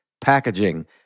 packaging